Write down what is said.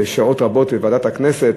שעות רבות בוועדת הכנסת,